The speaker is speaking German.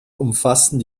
umfassen